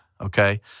okay